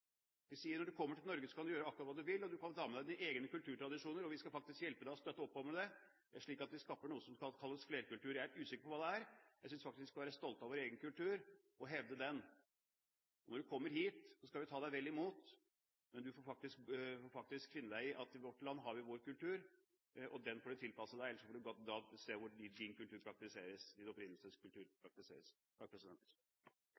Vi sier at når du kommer til Norge, kan du gjøre akkurat hva du vil. Du kan ta med dine egne kulturtradisjoner, og vi skal faktisk hjelpe deg og støtte opp om det, slik at vi skaper noe som kalles flerkultur. Jeg er usikker på hva det er. Jeg synes faktisk vi skal være stolte av vår egen kultur og hevde den. Når du kommer hit, skal vi ta deg vel imot, men du får faktisk finne deg i at i vårt land har vi vår kultur. Den får du tilpasse deg, ellers får du dra et sted hvor din opprinnelseskultur praktiseres.